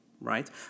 Right